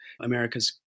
america's